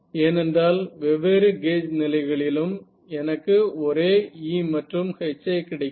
ஏனென்றால் வெவ்வேறு கேஜ் நிலைகளிலும் எனக்கு ஒரே E மற்றும் H யே கிடைக்கிறது